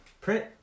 Print